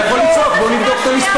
אתה יכול לצעוק, בואו נבדוק את המספרים.